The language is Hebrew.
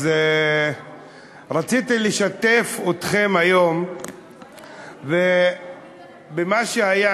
אז רציתי לשתף אתכם היום במה שהיה,